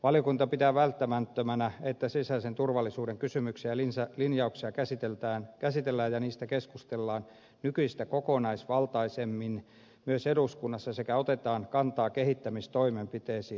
valiokunta pitää välttämättömänä että sisäisen turvallisuuden kysymyksiä ja linjauksia käsitellään ja niistä keskustellaan nykyistä kokonaisvaltaisemmin myös eduskunnassa sekä otetaan kantaa kehittämistoimenpiteisiin